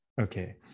okay